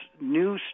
new